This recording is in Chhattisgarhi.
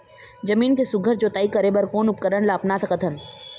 जमीन के सुघ्घर जोताई करे बर कोन उपकरण ला अपना सकथन?